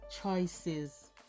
Choices